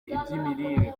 iby’imirire